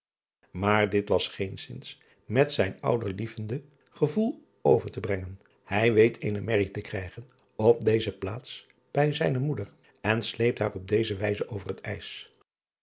aar dit was geenszins met zijn ouderlievend gevoel over te brengen ij weet eene berrie te krijgen op deze plaatst hij zijne moeder en sleept haar op deze wijze over het ijs